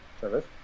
Service